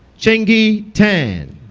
qingyi tan